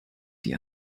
die